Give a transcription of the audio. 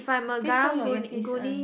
please put on your earpiece uh